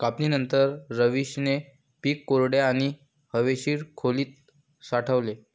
कापणीनंतर, रवीशने पीक कोरड्या आणि हवेशीर खोलीत साठवले